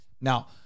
Now